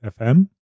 FM